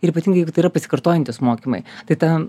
ir ypatingai jeigu tai yra pasikartojantys mokymai tai tą